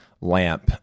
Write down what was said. lamp